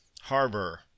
Harbor